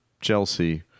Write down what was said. Chelsea